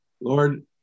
Lord